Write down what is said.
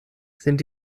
sind